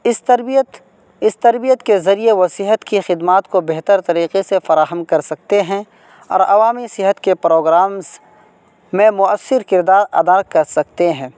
اس تربیت اس تربیت کے ذریعے وہ صحت کی خدمات کو بہتر طریقے سے فراہم کر سکتے ہیں اور عوامی صحت کے پروگرامس میں مؤثر کردار ادا کر سکتے ہیں